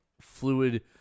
fluid